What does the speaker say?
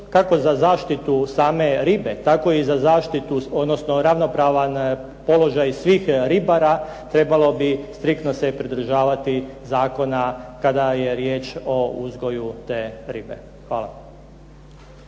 kako za zaštitu same ribe, tako i za zaštitu, odnosno ravnopravan položaj svih ribara trebalo bi striktno se pridržavati zakona kada je riječ o uzgoju te ribe. Hvala.